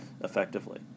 effectively